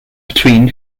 between